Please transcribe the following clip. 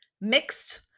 mixed